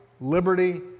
liberty